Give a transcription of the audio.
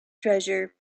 treasure